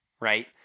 right